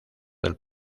del